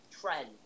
trend